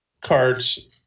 cards